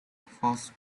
fast